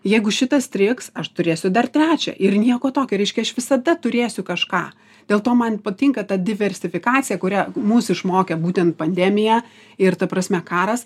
jeigu šitas strigs aš turėsiu dar trečią ir nieko tokio reiškia aš visada turėsiu kažką dėl to man patinka tad diversifikacija kurią mus išmokė būtent pandemija ir ta prasme karas